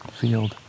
field